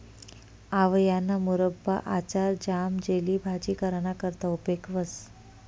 आवयाना मुरब्बा, आचार, ज्याम, जेली, भाजी कराना करता उपेग व्हस